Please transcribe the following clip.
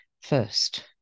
first